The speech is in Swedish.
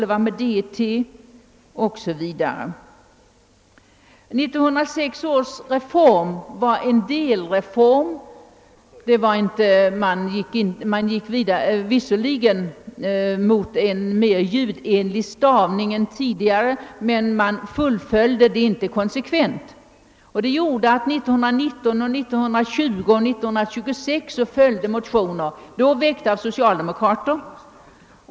Denna 1906 års reform var en delreform. Man gick visserligen mot en mer ljudenlig stavning än tidigare, men man fullföljde inte denna tanke konsekvent. Det giorde att det 1919, 1920 och 1926 följde motioner, då väckta av socialdemokrater.